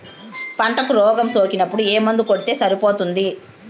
పంటకు రోగం సోకినపుడు ఏ మందు కొడితే సరిపోతుంది?